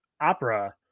opera